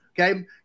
okay